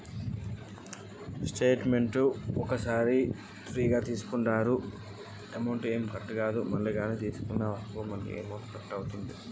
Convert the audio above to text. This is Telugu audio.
స్టేట్మెంటు బాగా సార్లు తీసుకుంటే నాకు ఖాతాలో పైసలు కట్ అవుతయా?